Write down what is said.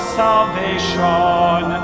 salvation